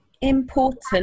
important